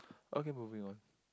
okay moving on